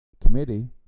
committee